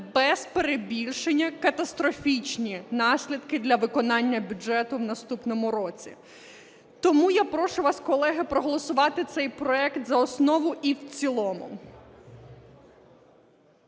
без перебільшення, катастрофічні наслідки для виконання бюджету в наступному році. Тому я прошу вас, колеги, проголосувати цей проект за основу і в цілому.